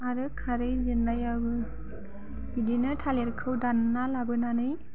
आरो खारै जिरनायाबो बिदिनो थालेरखौ दानना लाबोनानै